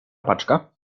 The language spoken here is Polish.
paczka